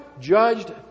judged